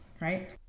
right